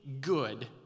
good